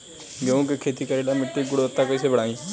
गेहूं के खेती करेला मिट्टी के गुणवत्ता कैसे बढ़ाई?